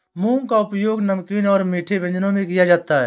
मूंग का उपयोग नमकीन और मीठे व्यंजनों में किया जाता है